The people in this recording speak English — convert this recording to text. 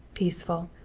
peaceful,